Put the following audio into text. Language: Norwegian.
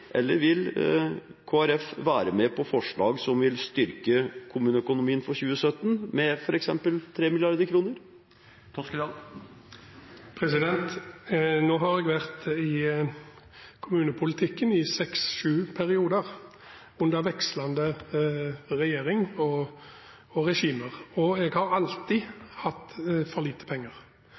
eller vil Kristelig Folkeparti være med på forslag som vil styrke kommuneøkonomien for 2017 med f.eks. 3 mrd. kr? Jeg har vært i kommunepolitikken i seks–sju perioder under vekslende regjeringer og regimer, og jeg har alltid hatt for lite penger.